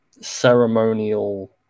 ceremonial